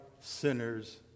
sinners